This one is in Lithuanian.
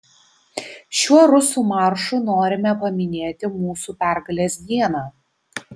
šiuo rusų maršu norime paminėti mūsų pergalės dieną